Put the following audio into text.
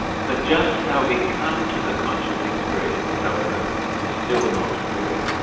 but just how we come to the conscious experience, however, is still not clear.